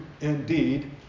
indeed